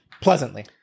pleasantly